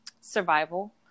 Survival